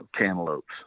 cantaloupes